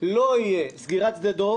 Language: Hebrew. לא תהיה סגירת שדה דב